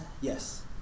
Yes